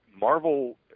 Marvel